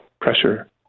pressure